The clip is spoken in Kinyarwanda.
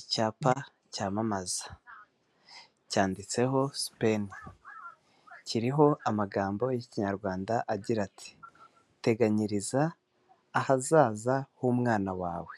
Icyapa cyamamaza. Cyanditseho SPENNI. Kiriho amagambo y'Ikinyarwanda agira ati: "Teganyiriza ahazaza h'umwana wawe;